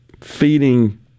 feeding